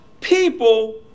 people